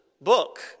book